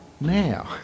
now